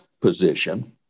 position